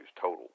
total